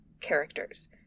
characters